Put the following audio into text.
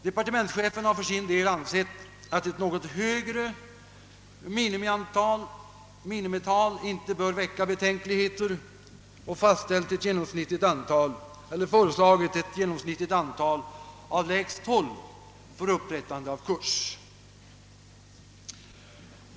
Departementschefen har ansett att ett något högre minimiantal inte bör väcka betänkligheter och föreslagit ett genomsnittligt antal av lägst 12 för upprättande av kurs.